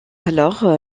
alors